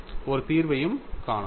ஒரு தீர்வையும் காணலாம்